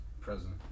present